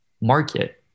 market